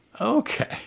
Okay